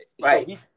Right